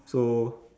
so